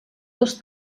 dos